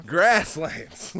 Grasslands